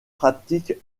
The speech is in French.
pratiquent